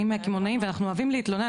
מהקמעונאים, ואנחנו אוהבים להתלונן.